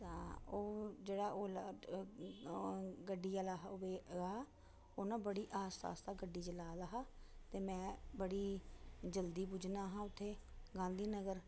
तां ओह् जेह्ड़ा ओला गड्डी आह्ला हा ओह् ना बड़ी आस्ता आस्ता गड्डी चला दा हा ते में बड़ी जल्दी पुज्जना हा उत्थें गांधी नगर